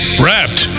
wrapped